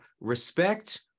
respect